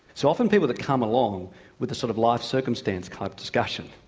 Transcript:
so often people who come along with a sort of life circumstance type discussion,